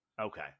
Okay